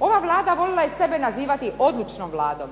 Ova Vlada volila je sebe nazivati odlučnom Vladom,